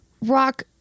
rock